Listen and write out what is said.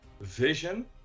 vision